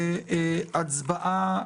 להצבעה.